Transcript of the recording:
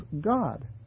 God